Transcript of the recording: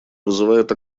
вызывает